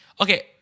Okay